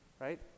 right